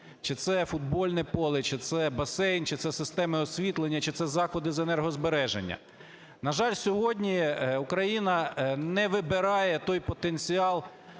чи це футбольне поле, чи це басейн, чи це система освітлення, чи це заходи з енергозбереження. На жаль, сьогодні Україна не вибирає той потенціал,